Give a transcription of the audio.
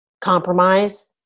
compromise